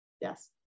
Yes